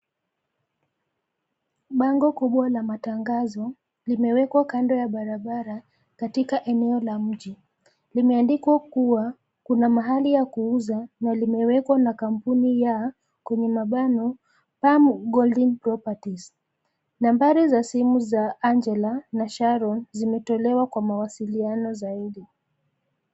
Bango kubwa la matangazo, limewekwa kando ya barabara katika eneo la mji. Limeandikwa kuwa, kuna mahali ya kuuza na limewekwa na kampuni ya kwenye mabano, Prime Golden Properties. Nambari za simu za Angela na Sharon zimetolewa kwa mawasiliano zaidi.